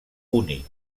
únic